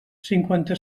cinquanta